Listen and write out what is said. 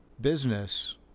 business